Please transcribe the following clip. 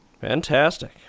Fantastic